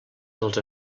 dels